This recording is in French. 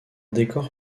décor